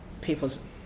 people's